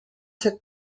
took